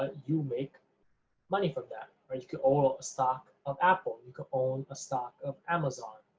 ah you make money from them, or you could own a stock of apple, you could own a stock of amazon,